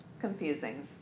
confusing